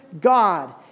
God